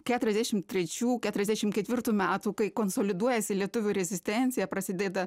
keturiasdešimt trečių keturiasdešimt ketvirtų metų kai konsoliduojasi lietuvių rezistencija prasideda